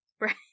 Right